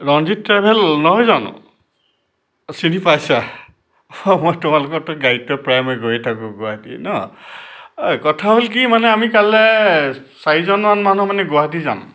Ranjit travel নহয় জানো চিনি পাইছা অঁ মই তোমালোকতো গাড়ীততো প্ৰায় মই গৈয়ে থাকোঁ গুৱাহাটী ন অঁ কথা হ'ল কি মানে আমি কাইলৈ চাৰিজনমান মানুহ মানে গুৱাহাটী যাম